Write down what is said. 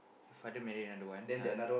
father married another one !huh!